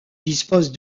dispose